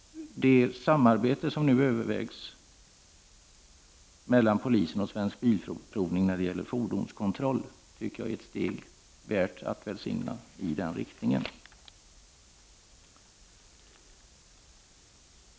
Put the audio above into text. Det samarbete som nu övervägs mellan polisen och Svensk bilprovning när det gäller fordonskontroll tycker jag är ett steg, värt att välsigna, i den riktningen.